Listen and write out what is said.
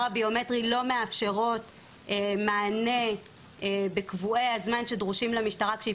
הביומטרי לא מאפשרות מענה בקבועי הזמן שדרושים למשטרה כשהיא